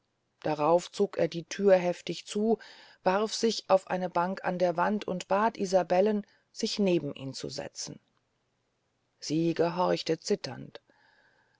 darauf zog er die thür heftig zu warf sich auf eine bank an der wand und bat isabellen sich neben ihm zu setzen sie gehorchte zitternd